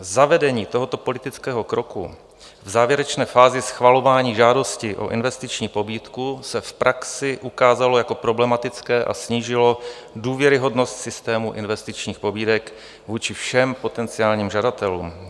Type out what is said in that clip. Zavedení tohoto politického kroku v závěrečné fázi schvalování žádosti o investiční pobídku se v praxi ukázalo jako problematické a snížilo důvěryhodnost systému investičních pobídek vůči všem potenciálním žadatelům.